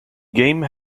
game